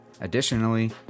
Additionally